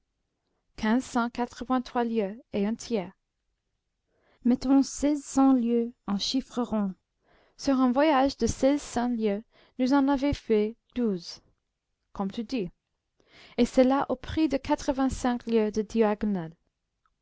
cent quatre-vingt-trois lieues et un tiers mettons seize cents lieues en chiffres ronds sur un voyage de seize cents lieues nous en avons fait douze comme tu dis et cela au prix de quatre-vingt-cinq lieues de diagonale